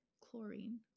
chlorine